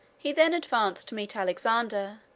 he then advanced to meet alexander,